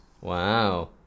Wow